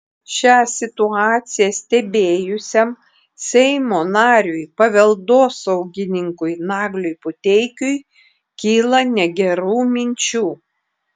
šią situaciją stebėjusiam seimo nariui paveldosaugininkui nagliui puteikiui kyla negerų minčių